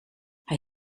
hij